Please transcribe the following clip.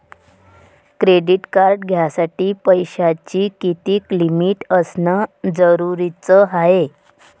Credit card घ्यासाठी पैशाची कितीक लिमिट असनं जरुरीच हाय?